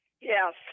Yes